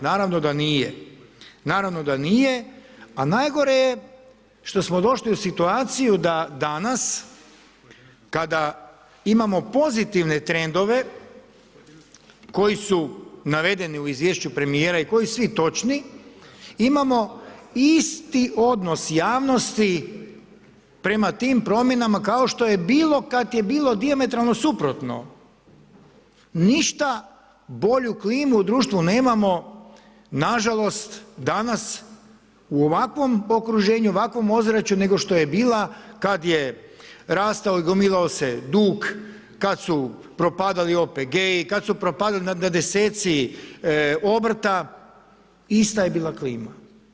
Naravno da nije, naravno da nije, a najgore je što smo došli u situaciju da danas kada imamo pozitivne trendove koji su navedeni u izvješću premijera i koji svi točni, imamo isti odnos javnosti prema tim promjenama kao što je bilo kad je bilo dijametralno suprotno, ništa bolju klimu u društvu nemamo, nažalost danas u ovakvom okruženju, u ovakvom ozračju nego što je bila kad je rastao i gomilao se dug, kad su propadali OPG-i, kad su propadali na deseci obrta, ista je bila klima.